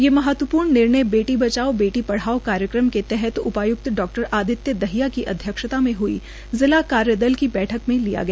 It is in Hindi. ये महत्वपूर्ण निर्णय बेटी बचाओ बेटी पढ़ाओ कार्यक्रम के तहत उपायुक्त डा आदित्य दहिया की अध्यक्षता में हुई जिला कार्य दल की बैठक में लिया गया